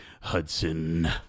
Hudson